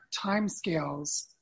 timescales